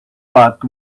but